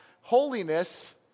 holiness